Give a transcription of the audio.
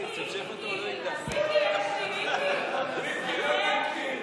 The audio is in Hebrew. מיקי, יש לי, מיקי.